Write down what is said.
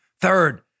Third